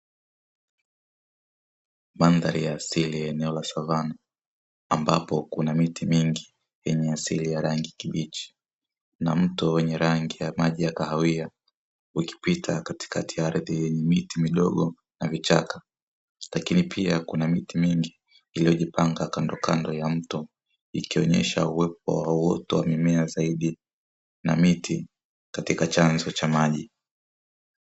Mandhari ya asili eneo la savana ambapo kuna miti mingi yenye asili ya rangi kibichi na mto wenye rangi ya maji ya kahawia ukipita katikati ya ardhi hii miti midogo na vichaka, lakini pia kuna miti mingi iliyojipanga kando kando ya mto ikionyesha uwepo wa uoto wa mimea zaidi na miti katika chanzo cha maji.